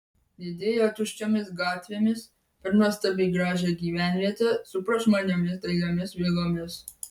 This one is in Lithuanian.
riedėjo tuščiomis gatvėmis per nuostabiai gražią gyvenvietę su prašmatniomis dailiomis vilomis